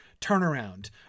turnaround